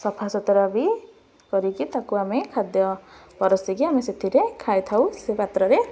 ସଫାସୁତୁରା ବି କରିକି ତାକୁ ଆମେ ଖାଦ୍ୟ ପରସିକି ଆମେ ସେଥିରେ ଖାଇଥାଉ ସେ ପାତ୍ରରେ